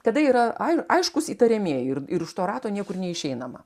kada yra ai aiškūs įtariamieji ir ir už to rato niekur neišeinama